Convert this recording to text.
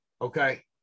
Okay